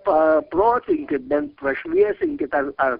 paprotinkit bent pašviesinkit ar ar